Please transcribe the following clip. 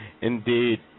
Indeed